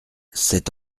cet